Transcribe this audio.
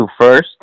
first